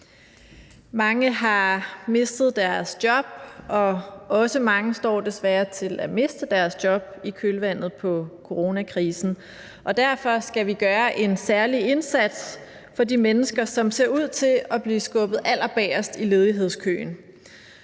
Mange har mistet deres job, og mange står desværre også til at miste deres job i kølvandet på coronakrisen, og derfor skal vi gøre en særlig indsats for de mennesker, som ser ud til at blive skubbet allerbagerst i ledighedskøen.